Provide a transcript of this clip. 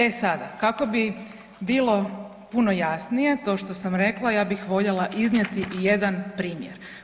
E sada, kako bi bilo puno jasnije to što sam rekla, ja bih voljela iznijeti i jedan primjer.